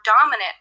dominant